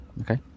Okay